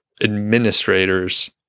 administrators